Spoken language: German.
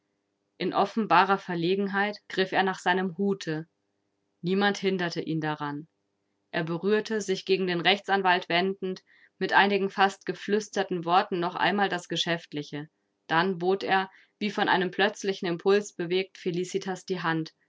in offenbarer verlegenheit griff er nach seinem hute niemand hinderte ihn daran er berührte sich gegen den rechtsanwalt wendend mit einigen fast geflüsterten worten noch einmal das geschäftliche dann bot er wie von einem plötzlichen impuls bewegt felicitas die hand